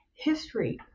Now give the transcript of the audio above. history